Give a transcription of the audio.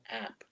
app